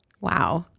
Wow